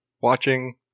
watching